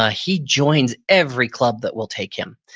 ah he joins every club that will take him.